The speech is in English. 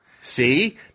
See